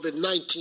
COVID-19